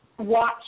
watch